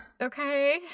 Okay